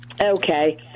Okay